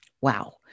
Wow